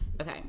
okay